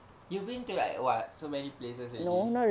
you've been to like what so many places already